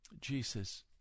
Jesus